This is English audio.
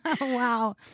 Wow